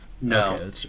No